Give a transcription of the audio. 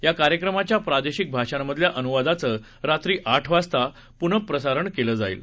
या कार्यक्रमाच्या प्रादेशिक भाषांमधल्या अनुवादाचं रात्री आठ वाजता पुनःप्रसारण केलं जाईल